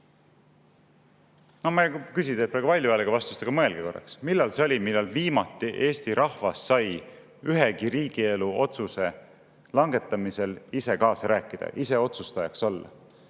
Ma ei küsi teilt praegu valjuhäälset vastust, aga mõelge korraks, millal see oli, millal sai Eesti rahvas viimati mõne riigielu otsuse langetamisel ise kaasa rääkida, ise otsustajaks olla.